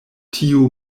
tiu